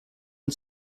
and